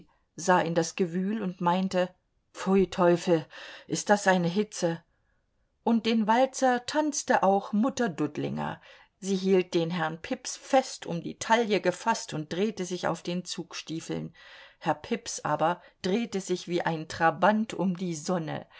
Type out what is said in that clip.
sah in das gewühl und meinte pfui teufel ist das eine hitze und den walzer tanzte auch mutter dudlinger sie hielt den herrn pips fest um die taille gefaßt und drehte sich auf den zugstiefeln herr pips aber drehte sich wie ein trabant um die sonne